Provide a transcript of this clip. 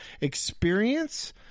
experience